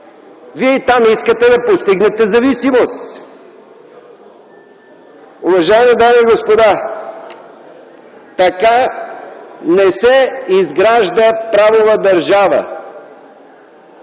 Вие и там искате да постигнете зависимост. Уважаеми дами и господа, така не се изгражда правова държава.